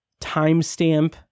timestamp